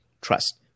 trust